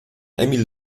emil